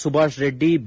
Subhash Reddy B